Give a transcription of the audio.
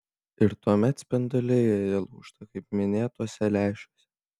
ir tuomet spinduliai joje lūžta kaip minėtuose lęšiuose